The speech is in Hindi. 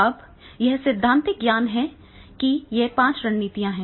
अब यह सैद्धांतिक ज्ञान है कि ये पांच रणनीतियां हैं